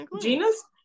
gina's